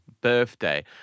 birthday